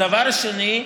הדבר השני,